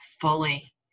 fully